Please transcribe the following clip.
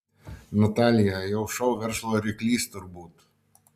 natalija jau šou verslo ryklys turbūt